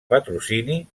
patrocini